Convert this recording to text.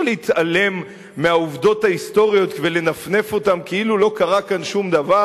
להתעלם מהעובדות ההיסטוריות ולנפנף אותן כאילו לא קרה כאן שום דבר,